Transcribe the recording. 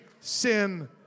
sin